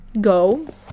go